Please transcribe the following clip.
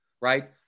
right